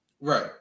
Right